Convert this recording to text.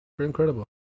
Incredible